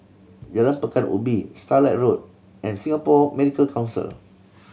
Jalan Pekan Ubin Starlight Road and Singapore Medical Council